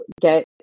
get